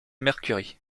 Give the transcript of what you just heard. mercury